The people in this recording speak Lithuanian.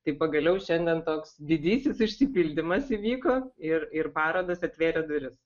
tai pagaliau šiandien toks didysis išsipildymas įvyko ir ir parodos atvėrė duris